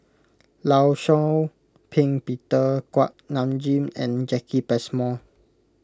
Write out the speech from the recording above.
Law Shau Ping Peter Kuak Nam Jin and Jacki Passmore